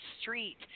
street